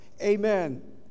Amen